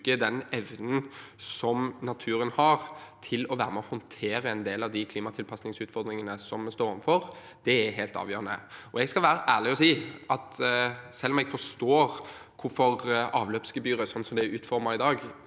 å bruke den evnen naturen har til å være med på å håndtere en del av de klimatilpasningsutfordringene vi står overfor, er helt avgjørende. Jeg skal være ærlig å si at selv om jeg forstår hvorfor avløpsgebyret slik det er utformet i dag,